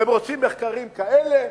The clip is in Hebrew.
אתם רוצים מחקרים כאלה,